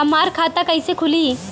हमार खाता कईसे खुली?